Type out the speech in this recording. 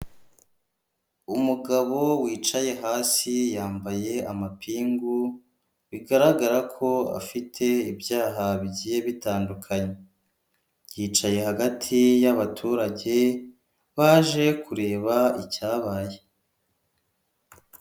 Umugabo wicaye hasi yambaye amapingu bigaragara ko afite ibyaha bigiye bitandukanye, yicaye hagati y'abaturage baje kureba icyabaye.